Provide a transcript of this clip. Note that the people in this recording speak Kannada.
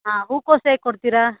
ಹಾಂ ಹೂಕೋಸು ಹೇಗೆ ಕೊಡ್ತೀರಾ